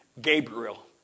Gabriel